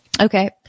Okay